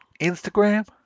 Instagram